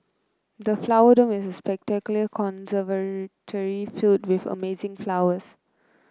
the Flower Dome is a spectacular conservatory filled with amazing flowers